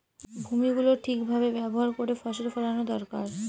ভূমি গুলো ঠিক ভাবে ব্যবহার করে ফসল ফোলানো দরকার